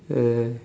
uh